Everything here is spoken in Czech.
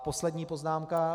Poslední poznámka.